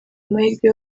amahirwe